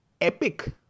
epic